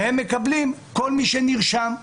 והם מקבלים כל מי שנרשם.